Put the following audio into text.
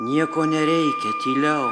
nieko nereikia tyliau